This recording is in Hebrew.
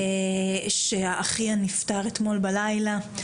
שאחיה נפטר אתמול בלילה.